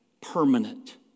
permanent